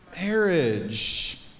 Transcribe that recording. marriage